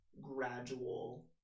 gradual